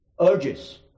urges